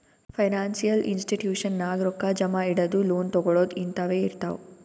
financial institution ನಾಗ್ ರೊಕ್ಕಾ ಜಮಾ ಇಡದು, ಲೋನ್ ತಗೋಳದ್ ಹಿಂತಾವೆ ಇರ್ತಾವ್